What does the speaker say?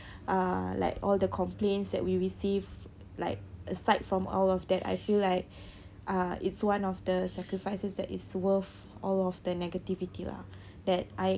uh like all the complaints that we receive like aside from all of that I feel like uh it's one of the sacrifices that is worth all of the negativity lah that I